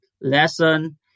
lesson